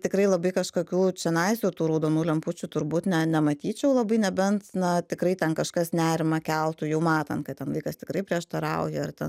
tikrai labai kažkokių čionais jau tų raudonų lempučių turbūt ne nematyčiau labai nebent na tikrai ten kažkas nerimą keltų jau matant kad ten vaikas tikrai prieštarauja ar ten